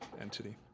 entity